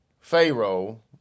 Pharaoh